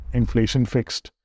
inflation-fixed